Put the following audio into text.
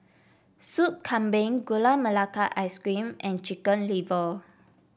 Soup Kambing Gula Melaka Ice Cream and Chicken Liver